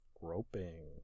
groping